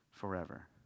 forever